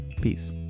Peace